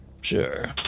Sure